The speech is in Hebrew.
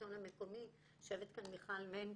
השלטון המקומי יושבת כאן מיכל מנקס,